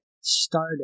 started